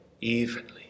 evenly